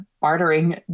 bartering